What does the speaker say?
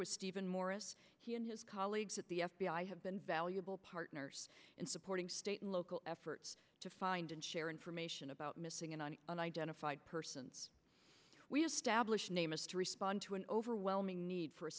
with stephen morris he and his colleagues at the f b i have been valuable partners in supporting state and local efforts to find and share information about missing and on and identified persons we established name is to respond to an overwhelming need for a